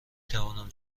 توانم